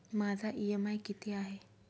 माझा इ.एम.आय किती आहे?